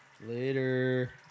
Later